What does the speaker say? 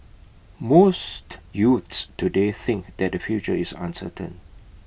most youths today think that their future is uncertain